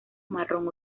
marrón